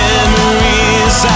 Memories